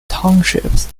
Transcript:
townships